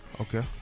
Okay